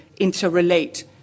interrelate